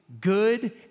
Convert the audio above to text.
good